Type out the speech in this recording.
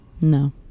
No